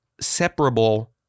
separable